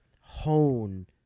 hone